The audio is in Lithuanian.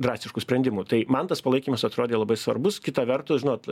drastiškų sprendimų tai man tas palaikymas atrodė labai svarbus kita vertus žinot